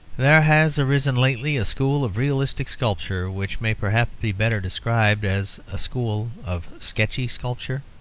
there has arisen lately a school of realistic sculpture, which may perhaps be better described as a school of sketchy sculpture.